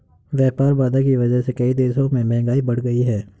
व्यापार बाधा की वजह से कई देशों में महंगाई बढ़ गयी है